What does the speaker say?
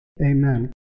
Amen